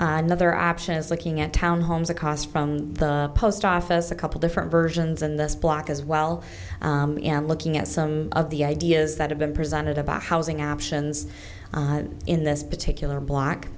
another option is looking at town homes a cost from the post office a couple different versions in this block as well and looking at some of the ideas that have been presented about housing options in this particular block